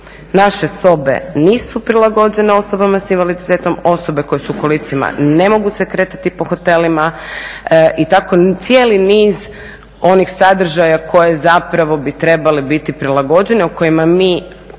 Naše sobe nisu prilagođene osobama s invaliditetom. Osobe koje su u kolicima ne mogu se kretati po hotelima i tako cijeli niz oni sadržaja koji zapravo bi trebali biti prilagođeni, o kojima mi